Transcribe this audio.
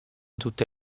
tutte